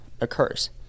occurs